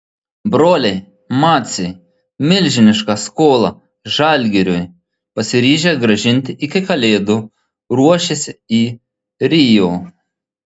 broliai maciai milžinišką skolą žalgiriui pasiryžę grąžinti iki kalėdų ruošiasi į rio